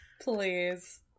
Please